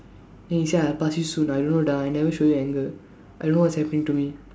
then he said I pass you soon I don't know ah I never showing anger I don't know what's happening to me